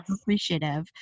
appreciative